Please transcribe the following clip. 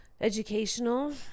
educational